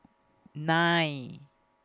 nine